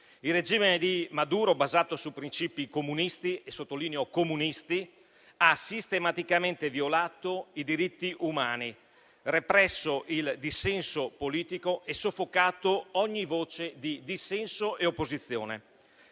Il regime di Maduro, basato su principi comunisti (sottolineo comunisti) ha sistematicamente violato i diritti umani, represso il dissenso politico e soffocato ogni voce di dissenso e opposizione.